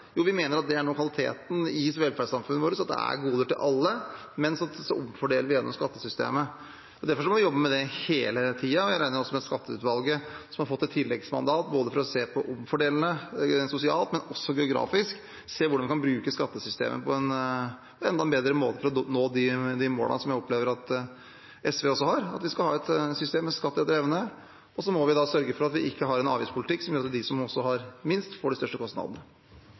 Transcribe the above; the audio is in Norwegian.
så omfordeler vi gjennom skattesystemet. Derfor må vi jobbe med det hele tiden. Jeg regner også med at skatteutvalget, som har fått et tilleggsmandat for å se på omfordelingen rent sosialt, men også geografisk, vil se på hvordan vi kan bruke skattesystemet på en enda bedre måte for å nå de målene som jeg opplever at SV også har, at vi skal ha et system med skatt etter evne. Så må vi sørge for at vi ikke har en avgiftspolitikk som gjør at de som har minst, får de største kostnadene.